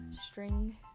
string